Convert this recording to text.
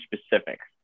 specifics